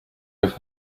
have